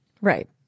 Right